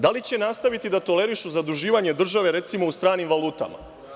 Da li će nastaviti da tolerišu zaduživanje države u stranim valutama?